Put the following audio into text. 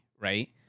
right